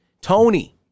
Tony